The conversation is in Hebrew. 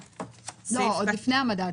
עוד לפני המדד,